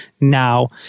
now